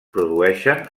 produeixen